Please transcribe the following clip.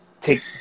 take